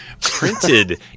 printed